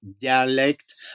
dialect